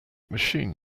machine